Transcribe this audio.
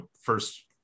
first